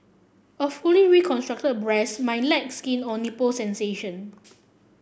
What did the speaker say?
a fully reconstructed breast might lack skin or nipple sensation